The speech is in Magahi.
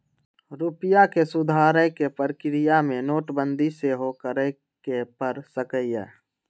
रूपइया के सुधारे कें प्रक्रिया में नोटबंदी सेहो करए के पर सकइय